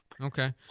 Okay